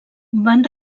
van